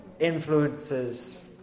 Influences